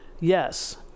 Yes